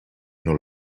non